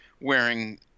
wearing